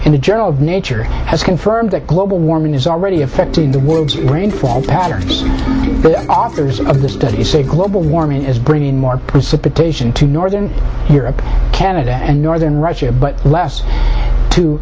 in the journal of nature has confirmed that global warming is already affecting the world's rainfall patterns authors of the study say global warming is bringing more precipitation to northern europe canada and northern russia but less t